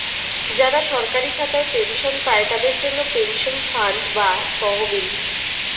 যারা সরকারি খাতায় পেনশন পায়, তাদের জন্যে পেনশন ফান্ড বা তহবিল